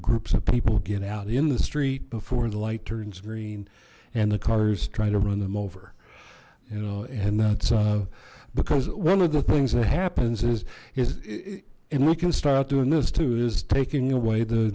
groups of people get out in the street before the light turns green and the cars try to run them over you know and that's because one of the things that happens is is and we can start doing this too is taking away the